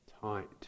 tight